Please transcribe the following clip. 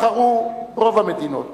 בחרו רוב המדינות